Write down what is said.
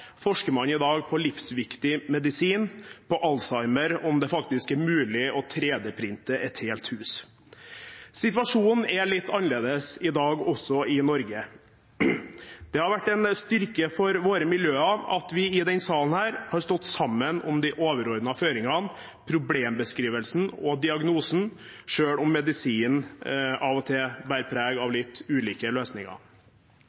forsker man i dag på livsviktig medisin, på Alzheimer, på om det faktisk er mulig å 3D-printe et helt hus. Situasjonen er litt annerledes i dag, også i Norge. Det har vært en styrke for våre miljøer at vi i denne salen har stått sammen om de overordnede føringene, problembeskrivelsen og diagnosen, selv om medisinen av og til bærer preg av litt ulike løsninger.